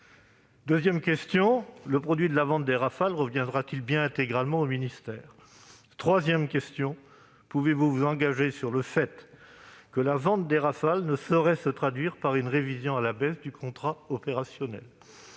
Deuxièmement, le produit de la vente des Rafale reviendra-t-il bien intégralement au ministère ? Troisièmement, pouvez-vous vous engager sur le fait que la vente des Rafale ne se traduira pas par une révision à la baisse du contrat opérationnel ?